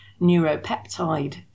neuropeptide